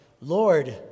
Lord